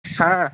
हां